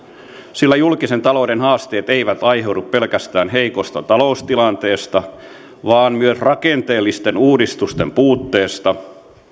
sillä julkisen talouden haasteet eivät aiheudu pelkästään heikosta taloustilanteesta vaan myös rakenteellisten uudistusten puutteesta